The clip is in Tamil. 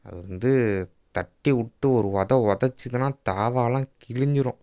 அது வந்து தட்டி விட்டு ஒரு உத உதச்சிதுன்னா தாவாயெலாம் கிழிஞ்சிரும்